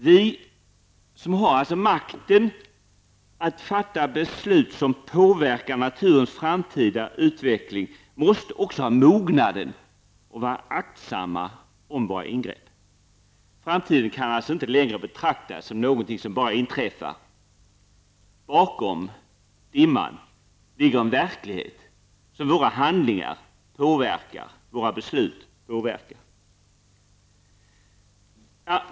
Vi som har makten att fatta beslut som påverkar naturens framtida utveckling måste också ha mognaden att vara aktsamma när det gäller våra ingrepp. Framtiden kan alltså inte längre betraktas som någonting som bara inträffar. Bakom dimman ligger en verklighet, som våra handlingar och beslut påverkar.